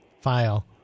file